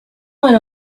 went